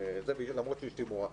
למרות שאשתי מורה.